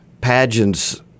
pageants